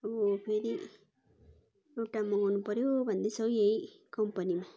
ऊ फेरि एउटा मगाउनु पऱ्यो भन्दैछु हौ यही कम्पनीमा